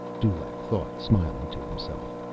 dulaq thought smiling to himself.